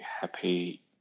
happy